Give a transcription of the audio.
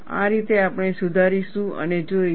આ રીતે આપણે સુધારીશું અને જોઈશું